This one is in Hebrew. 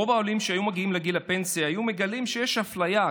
רוב העולים שהיו מגיעים לגיל הפנסיה היו מגלים שיש אפליה,